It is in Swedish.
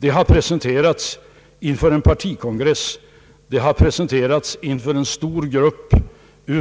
Det har presenterats inför en partikongress, det har presenterats inför en grupp